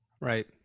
Right